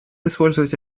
использовать